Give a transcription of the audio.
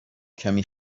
کمی